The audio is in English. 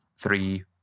three